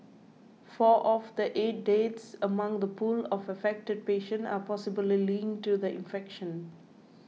four of the eight deaths among the pool of affected patients are possibly linked to the infection